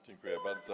Dziękuję bardzo.